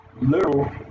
little